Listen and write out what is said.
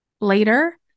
later